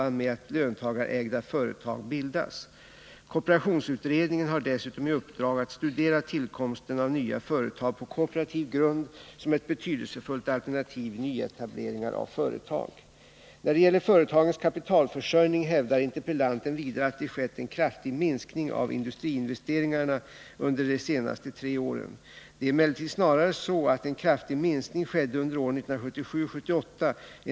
När det gäller företagens kapitalförsörjning hävdar interpellanten vidare att det skett en kraftig minskning av industriinvesteringarna under de senaste tre åren. Det är emellertid snarast så att en kraftig minskning skedde under åren 1977 och 1978.